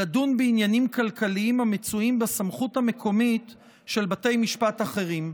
לדון בעניינים כלכליים המצויים בסמכות המקומית של בתי משפט אחרים.